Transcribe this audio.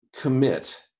commit